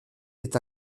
est